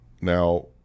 Now